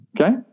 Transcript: okay